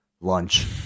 lunch